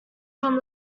from